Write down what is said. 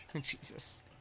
Jesus